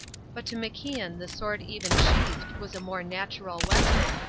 but to macian the sword even sheathed was a more natural weapon,